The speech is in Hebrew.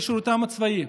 בשירותם הצבאי.